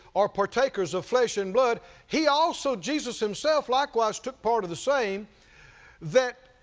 are partakers of flesh and blood, he also, jesus, himself likewise took part of the same that